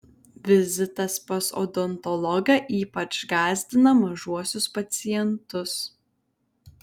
vizitas pas odontologą ypač gąsdina mažuosius pacientus